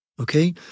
Okay